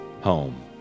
home